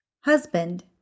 Husband